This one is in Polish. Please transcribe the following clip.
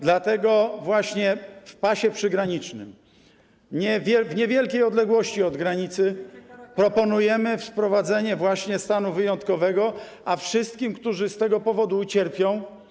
Dlatego właśnie w pasie przygranicznym, w niewielkiej odległości od granicy, proponujemy wprowadzenie stanu wyjątkowego, a wszystkim, którzy z tego powodu ucierpią.